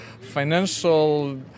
financial